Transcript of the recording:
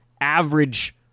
average